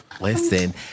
Listen